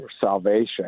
salvation